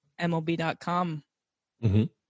MLB.com